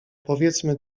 powiedzmy